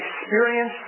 experience